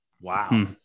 Wow